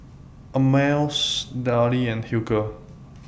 Ameltz Darlie and Hilker